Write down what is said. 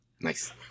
Nice